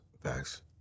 Facts